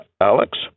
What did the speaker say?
Alex